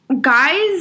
Guys